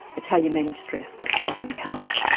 it's how you manage stress that often counts.